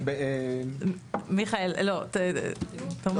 מיכאל, לא, תאמר.